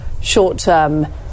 short-term